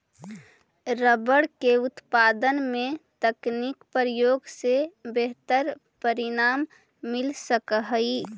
rubber के उत्पादन में तकनीकी प्रयोग से बेहतर परिणाम मिल सकऽ हई